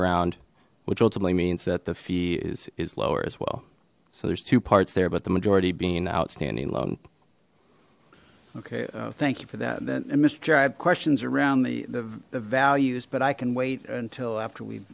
around which ultimately means that the fee is is lower as well so there's two parts there but the majority being outstanding loan okay thank you for that then mister chair i have questions around the the values but i can wait until after we